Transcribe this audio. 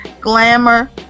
glamour